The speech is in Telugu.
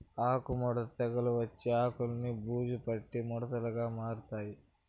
ఆకు ముడత తెగులు వచ్చి ఆకులన్ని బూజు పట్టి ముడతలుగా మారతాయి